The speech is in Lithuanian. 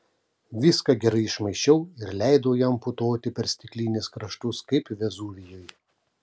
viską gerai išmaišiau ir leidau jam putoti per stiklinės kraštus kaip vezuvijui